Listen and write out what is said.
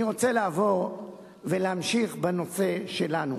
אני רוצה לעבור ולהמשיך בנושא שלנו.